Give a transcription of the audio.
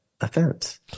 offense